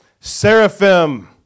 seraphim